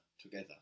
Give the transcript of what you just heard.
together